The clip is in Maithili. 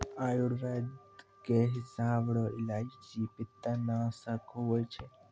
आयुर्वेद के हिसाब रो इलायची पित्तनासक हुवै छै